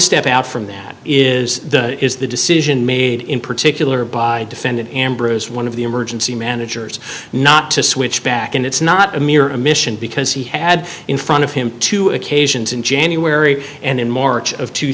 step out from that is is the decision made in particular by defendant ambrose one of the emergency managers not to switch back and it's not a mere a mission because he had in front of him two occasions in january and in march of two